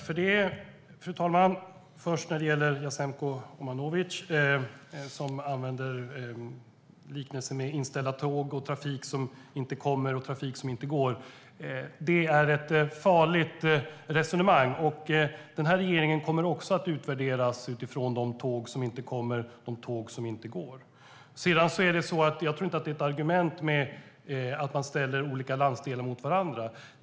Fru talman! Jasenko Omanovic använder liknelser med inställda tåg och trafik som inte går. Det är ett farligt resonemang. Den här regeringen kommer också att utvärderas utifrån de tåg som inte kommer och de tåg som inte går. Jag tror heller inte att det är ett argument när man ställer olika landsdelar mot varandra.